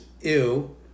ew